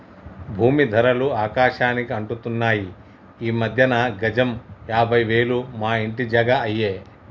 భూమీ ధరలు ఆకాశానికి అంటుతున్నాయి ఈ మధ్యన గజం యాభై వేలు మా ఇంటి జాగా అయ్యే